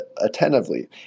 attentively